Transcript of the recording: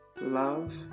Love